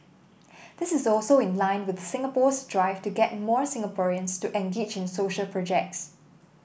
this is also in line with Singapore's drive to get more Singaporeans to engage in social projects